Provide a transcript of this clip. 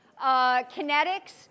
kinetics